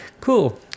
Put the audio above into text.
cool